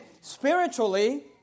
spiritually